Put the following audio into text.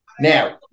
Now